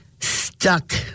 stuck